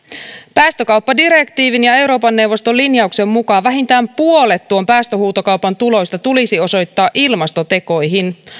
päästökauppadirektiivin ja euroopan neuvoston linjauksen mukaan vähintään puolet tuon päästöhuutokaupan tuloista tulisi osoittaa ilmastotekoihin